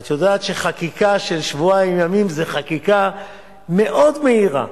ואת יודעת שחקיקה של שבועיים ימים זה חקיקה מאוד מהירה.